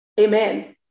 Amen